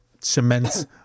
cement